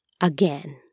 again